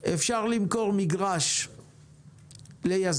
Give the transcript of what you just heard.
אפשר למכור מגרש ליזמים,